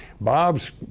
Bob's